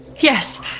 Yes